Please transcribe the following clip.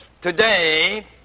today